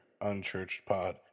UnchurchedPod